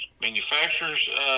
manufacturers